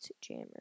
Jammer